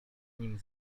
nim